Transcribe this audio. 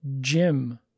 Jim